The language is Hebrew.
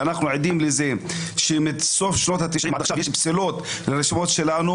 ואנחנו עדים לזה שמסוף שנות ה-90 עד עכשיו יש פסילות לרשימות שלנו,